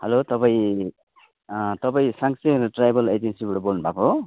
hello तपाईँ तपाईँ साङ्से ट्राभल एजेन्सीबाट बोल्नु भएको हो